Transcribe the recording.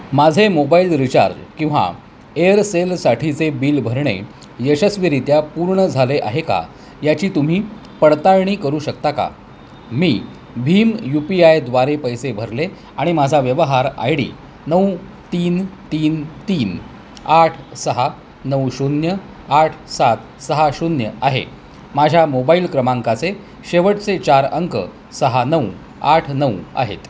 माझे mobile recharge किंवा एअरसेलसाठीचे बिल भरणे यशस्वीरित्या पूर्ण झाले आहे का याची तुम्ही पडताळणी करू शकता का मी भीम यू पी आयद्वारे पैसे भरले आणि माझा व्यवहार आय डी नऊ तीन तीन तीन आठ सहा नऊ शून्य आठ सात सहा शून्य आहे माझ्या मोबाईल क्रमांकाचे शेवटचे चार अंक सहा नऊ आठ नऊ आहेत